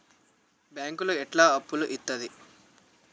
బ్యాంకులు ఎట్లాంటి అప్పులు ఇత్తది?